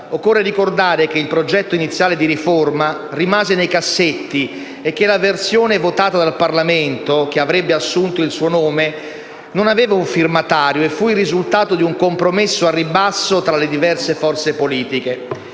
occorre ricordare che il progetto iniziale di riforma rimase nei cassetti e che la versione votata dal Parlamento, che avrebbe assunto il suo nome, non aveva un firmatario e fu il risultato di un compromesso al ribasso tra le diverse forze politiche.